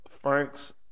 Frank's –